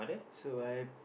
so I